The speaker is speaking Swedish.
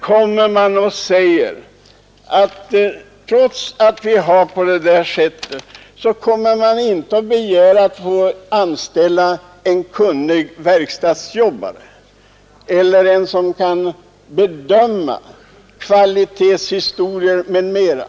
Trots att det ligger till på detta sätt kommer utrustningsnämnden inte att få anställa en kunnig verkstadsarbetare eller någon som kan göra kvalitetsbedömningar m.m.